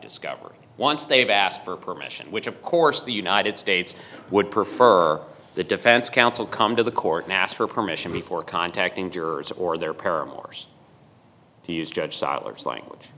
discovery once they've asked for permission which of course the united states would prefer the defense counsel come to the court now ask for permission before contacting jurors or their paramour's to use judge sollars language